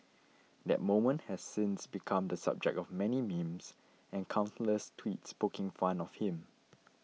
that moment has since become the subject of many memes and countless tweets poking fun of him